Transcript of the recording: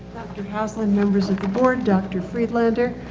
haslund, members of the board, dr. freedlander,